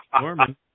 Norman